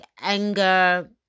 anger